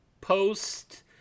post